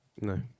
No